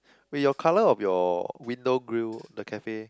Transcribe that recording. wait your colour of your window grill the cafe